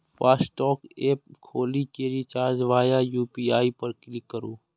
FASTag app खोलि कें recharge वाया यू.पी.आई पर क्लिक करू